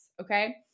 Okay